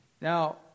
now